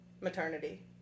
maternity